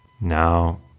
Now